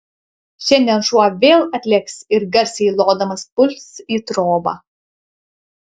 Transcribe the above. šiandien šuo vėl atlėks ir garsiai lodamas puls į trobą